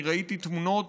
ראיתי תמונות